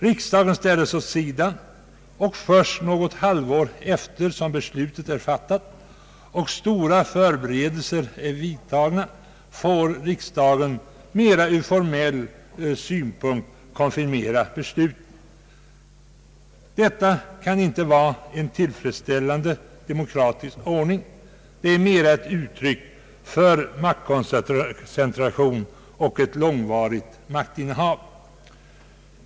Riksdagen ställes åt sidan, och först något halvår efter det beslutet är fattat och stora förberedelser är vidtagna får riksdagen mera ur formell synpunkt konfirmera beslutet. Detta kan inte vara en tillfredsställande demokratisk ordning, det är mera ett uttryck för maktkoncentration och långvarigt maktinnehav.